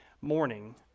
morning